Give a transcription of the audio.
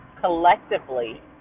collectively